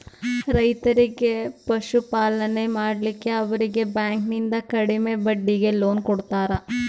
ರೈತರಿಗಿ ಪಶುಪಾಲನೆ ಮಾಡ್ಲಿಕ್ಕಿ ಅವರೀಗಿ ಬ್ಯಾಂಕಿಂದ ಕಡಿಮೆ ಬಡ್ಡೀಗಿ ಲೋನ್ ಕೊಡ್ತಾರ